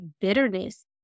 bitterness